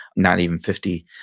not even fifty,